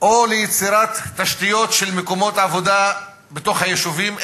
או ליצירת תשתיות של מקומות עבודה בתוך היישובים,